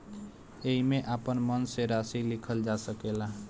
एईमे आपन मन से राशि लिखल जा सकेला